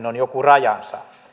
on joku rajansa